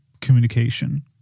communication